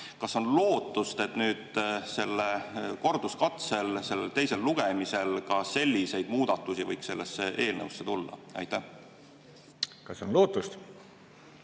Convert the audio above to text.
Kas on lootust, et nüüd sellel korduskatsel, teisel lugemisel ka selliseid muudatusi võiks sellesse eelnõusse tulla? Aitäh, austatud